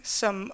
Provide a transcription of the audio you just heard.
som